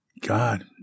God